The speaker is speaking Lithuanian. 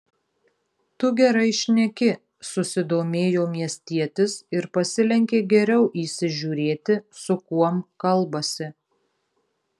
tu gerai šneki susidomėjo miestietis ir pasilenkė geriau įsižiūrėti su kuom kalbasi